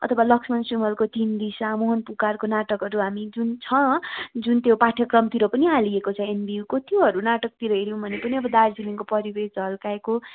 अथवा लक्षमण श्रीमलको तिन दिशा मोहन पुकारको नाटकहरू हामी जुन छ जुन त्यो पाठ्यक्रमतिर पनि हालिएको छ एनबियुको त्योहरू नाटकतिर हेऱ्यौँ भने पनि अब दार्जिलिङको परिवेश झल्काएको